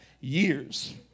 years